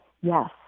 Yes